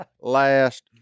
last